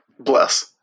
Bless